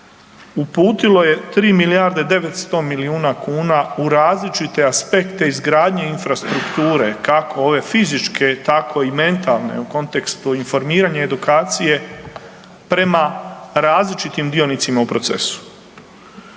uputilo je 3 milijarde i 900 milijuna kuna u različite aspekte izgradnje infrastrukture, kako ove fizičke, tako i mentalne u kontekstu informiranja i edukacije prema različitim dionicima u procesu.